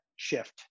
shift